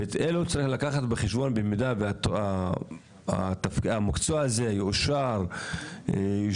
ואת אלו צריך לקחת בחשבון במידה שהמקצוע הזה יאושר וישונה.